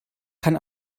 kann